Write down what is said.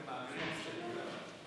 אתם מעבירים הסתייגויות?